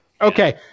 Okay